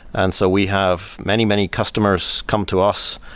and so we have many, many customers come to us.